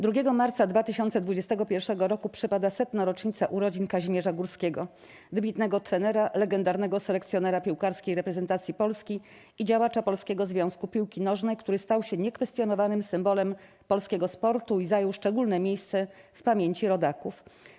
2 marca 2021 roku przypada 100. rocznica urodzin Kazimierza Górskiego - wybitnego trenera, legendarnego selekcjonera piłkarskiej reprezentacji Polski i działacza Polskiego Związku Piłki Nożnej, który stał się niekwestionowanym symbolem polskiego sportu i zajął szczególne miejsce w pamięci rodaków.